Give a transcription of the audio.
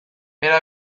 era